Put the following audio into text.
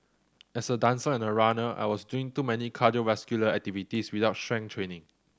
as a dancer and a runner I was doing too many cardiovascular activities without strength training